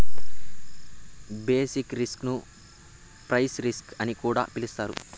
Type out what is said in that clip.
basic risk ను price risk అని కూడా పిలుత్తారు